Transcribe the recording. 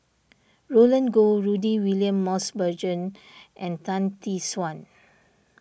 Roland Goh Rudy William Mosbergen and Tan Tee Suan